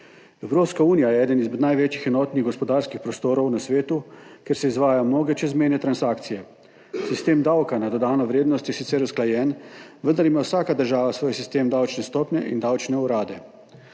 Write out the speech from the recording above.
Evropska unija je eden izmed največjih enotnih gospodarskih prostorov na svetu, kjer se izvajajo mnoge čezmejne transakcije. Sistem davka na dodano vrednost je sicer usklajen, vendar ima vsaka država svoj sistem davčne stopnje in davčne urade.